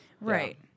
Right